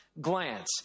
glance